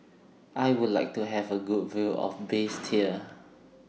I Would like to Have A Good View of Basseterre